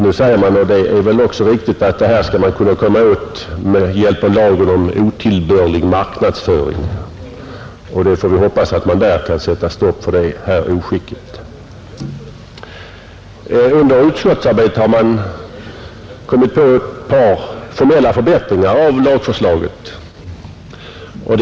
Nu säger man i utskottsbetänkandet att detta skall man kunna komma åt med hjälp av lagen om otillbörlig marknadsföring. Vi får hoppas att man på det sättet kan sätta stopp för detta oskick. Under utskottsarbetet har man kommit på ett par formella förbättringar av lagförslaget.